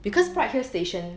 oh